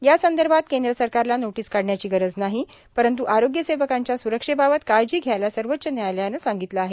या संदर्भात केंद्र सरकारला नोटीस काढण्याची गरज नाही परंत् आरोग्य सेवकांच्या स्रक्षेबाबत काळजी घ्यायला सर्वोच्च न्यायालयानं सांगितलं आहे